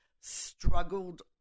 struggled